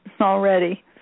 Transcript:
already